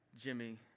Jimmy